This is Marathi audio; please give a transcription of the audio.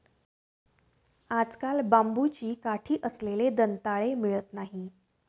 आजकाल बांबूची काठी असलेले दंताळे मिळत नाहीत